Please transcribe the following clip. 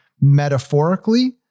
metaphorically